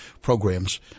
programs